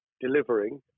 delivering